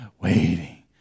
waiting